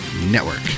network